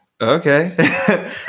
Okay